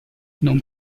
non